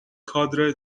کادر